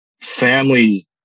family